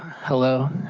hello.